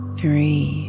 three